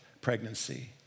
pregnancy